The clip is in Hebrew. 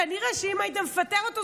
כנראה אם היית מפטר אותו,